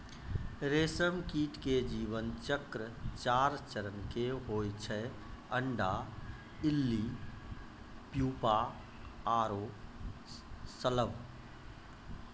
रेशम कीट के जीवन चक्र चार चरण के होय छै अंडा, इल्ली, प्यूपा आरो शलभ